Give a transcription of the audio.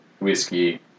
whiskey